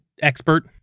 expert